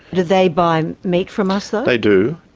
do they buy meat from us though? they do,